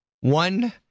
One